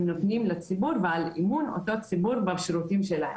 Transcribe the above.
נותנים לציבור ועל אמון אותו ציבור בשירותים שלהם.